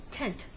tent